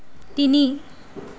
তিনি